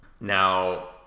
now